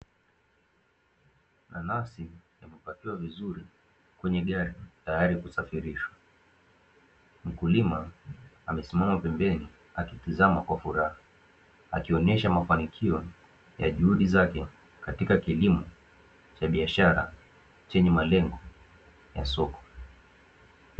Nanasi zimepakiwa vizuri kwenye gari, tayari kwa kusafirishwa. Mkulima amesimama pembeni akitizama kwa furaha, akionesha mafanikio ya juhudi zake katika kilimo cha biashara, chenye malengo ya soko.